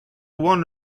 one